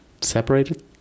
separated